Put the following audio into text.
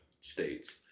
states